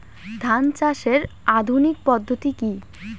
ধান চাষের আধুনিক পদ্ধতি কি?